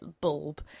bulb